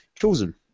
Chosen